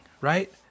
right